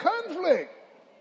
Conflict